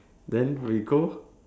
then we go